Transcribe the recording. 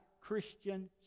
Christian